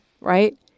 right